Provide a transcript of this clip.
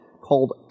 called